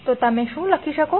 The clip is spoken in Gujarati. તો તમે શું લખી શકો છો